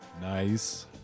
Nice